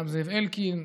גם זאב אלקין,